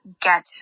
get